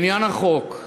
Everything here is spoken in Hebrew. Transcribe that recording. לעניין החוק,